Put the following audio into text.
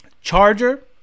Charger